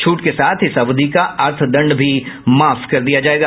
छूट के साथ इस अवधि का अर्थदंड भी माफ कर दिया जायेगा